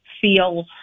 feel